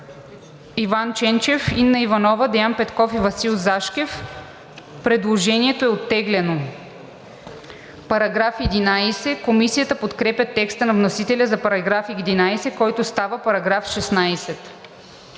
Иван Ченчев, Инна Иванова, Деян Петков и Васил Зашкев. Предложението е оттеглено. Комисията подкрепя текста на вносителя за § 11, който става § 16.“